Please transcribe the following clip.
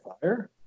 fire